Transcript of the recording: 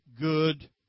good